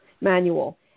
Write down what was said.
manual